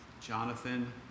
Jonathan